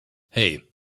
hey